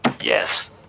Yes